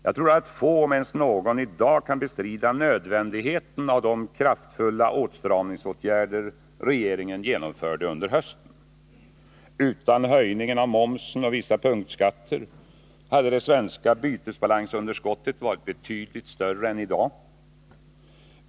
Jag tror att få, om ens någon, i dag kan bestrida nödvändigheten av de kraftfulla åtstramningsåtgärder som regeringen genomförde under hösten. Utan höjningen av momsen och vissa punktskatter hade det svenska bytesbalansunderskottet varit betydligt större än i dag.